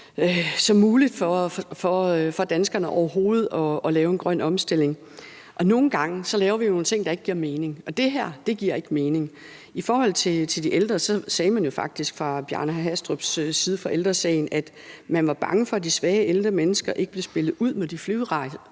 det muligt for danskerne overhovedet at lave en grøn omstilling. Nogle gange laver vi jo nogle ting, der ikke giver mening, og det her giver ikke mening. I forhold til de ældre sagde man jo faktisk fra Bjarne Hastrup og Ældre Sagens side, at man var bange for, at de ældre, svage mennesker blev spillet ud mod de flyrejsende